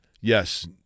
Yes